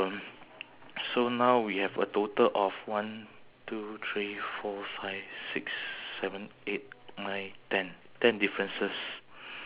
so there's still two more your your your your tent your house right got any window